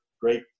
great